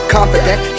Confident